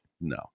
No